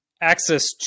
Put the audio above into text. access